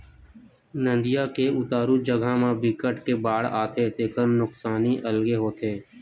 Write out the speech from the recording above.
नदिया के उतारू जघा म बिकट के बाड़ आथे तेखर नुकसानी अलगे होथे